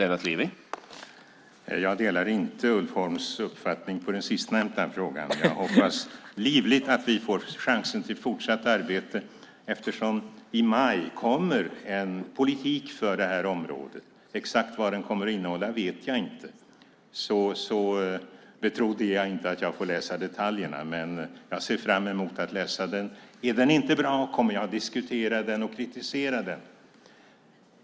Herr talman! Jag delar inte Ulf Holms uppfattning i den sistnämnda frågan. Jag hoppas livligt att vi får chansen till fortsatt arbete, eftersom det i maj kommer en politik för det här området. Exakt vad den kommer att innehålla vet jag inte. Så betrodd är jag inte att jag får läsa detaljerna, men jag ser fram emot att läsa texten. Är den inte bra kommer jag att diskutera den och kritisera den.